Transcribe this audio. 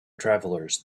travelers